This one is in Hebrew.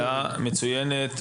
שאלה מצוינת,